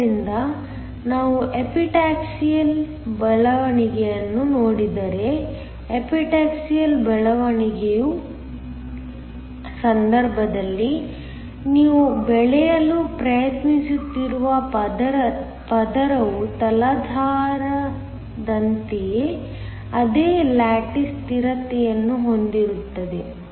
ಆದ್ದರಿಂದ ನಾವು ಎಪಿಟಾಕ್ಸಿಯಲ್ ಬೆಳವಣಿಗೆಯನ್ನು ನೋಡಿದರೆ ಎಪಿಟಾಕ್ಸಿಯಲ್ ಬೆಳವಣಿಗೆಯ ಸಂದರ್ಭದಲ್ಲಿ ನೀವು ಬೆಳೆಯಲು ಪ್ರಯತ್ನಿಸುತ್ತಿರುವ ಪದರವು ತಲಾಧಾರದಂತೆಯೇ ಅದೇ ಲ್ಯಾಟಿಸ್ ಸ್ಥಿರತೆಯನ್ನು ಹೊಂದಿರುತ್ತದೆ